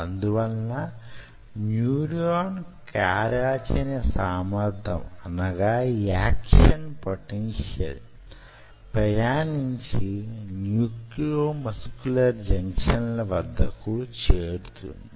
అందువలన న్యూరాన్ కార్యాచరణ సామర్ధ్యం యాక్షన్ పొటెన్షియల్ ప్రయాణించి న్యూరోమస్కులర్ జంక్షన్ ల వద్దకు చేరుతుంది